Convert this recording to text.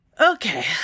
Okay